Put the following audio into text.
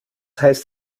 heißt